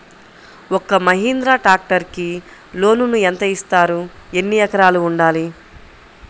ఒక్క మహీంద్రా ట్రాక్టర్కి లోనును యెంత ఇస్తారు? ఎన్ని ఎకరాలు ఉండాలి?